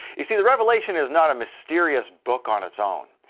you see, the revelation is not a mysterious book on its own.